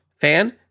fan